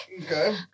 Okay